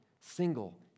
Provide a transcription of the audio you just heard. single